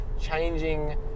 changing